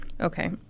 okay